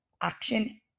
action